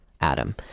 Adam